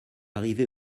arrivée